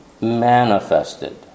manifested